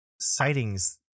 sightings